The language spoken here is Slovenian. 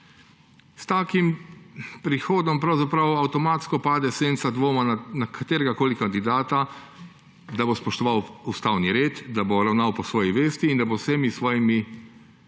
S takim prihodom pravzaprav avtomatsko pade senca dvoma na katerega koli kandidata, da bo spoštoval ustavni red, da bo ravnal po svoji vesti in da bo z vsemi svojimi